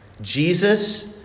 Jesus